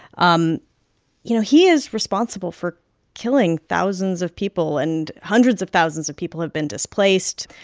um you know, he is responsible for killing thousands of people, and hundreds of thousands of people have been displaced.